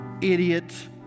idiot